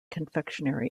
confectionery